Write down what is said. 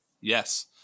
yes